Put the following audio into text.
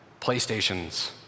Playstations